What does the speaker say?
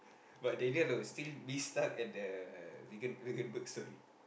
but Daniel will be still be stuck at the Vegan Veganburg story